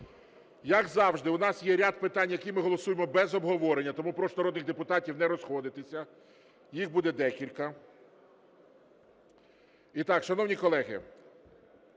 Як завжди, в нас є ряд питань, які ми голосуємо без обговорення, тому прошу народних депутатів не розходитися, їх буде декілька.